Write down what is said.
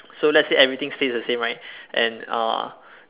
so let's say everything stays the same right and uh